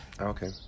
Okay